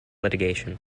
litigation